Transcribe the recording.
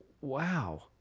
wow